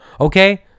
Okay